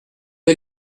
est